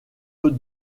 eux